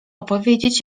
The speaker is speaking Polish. opowiedzieć